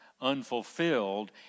unfulfilled